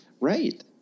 Right